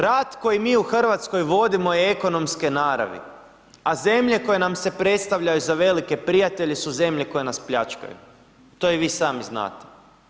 Rat koji mi u Hrvatskoj vodimo je ekonomske naravi, a zemlje koje nam se predstavljaju za velike prijatelje su zemlje koje nas pljačkaju, to i vi sami znate.